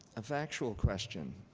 a factual question.